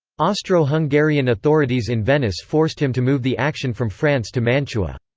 austro-hungarian authorities in venice forced him to move the action from france to mantua.